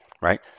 right